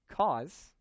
cause